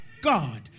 God